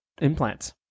implants